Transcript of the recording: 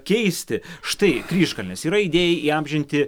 keisti štai kryžkalnis yra idėja įamžinti